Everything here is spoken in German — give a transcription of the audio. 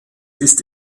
ist